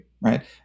right